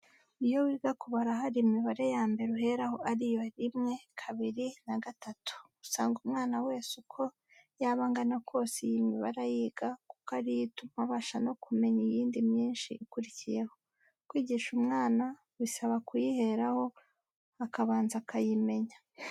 Iyo wiga kubara hari imibare ya mbere uheraho, ariyo: "Rimwe, kabiri na gatatu" usanga umwana wese uko yaba angana kose iyi mibare ayiga kuko ari yo ituma abasha no kumenya iyindi myinshi ikurikiyeho. Kwigisha umwana bisaba kuyiheraho akabanza akayimenya.